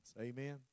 amen